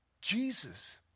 Jesus